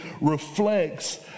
reflects